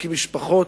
להקים משפחות.